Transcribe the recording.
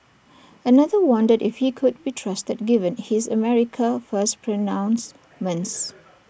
another wondered if he could be trusted given his America First pronouncements